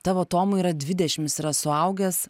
tavo tomui yra dvidešimt jis yra suaugęs